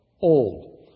old